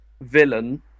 villain